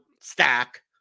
stack